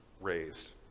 raised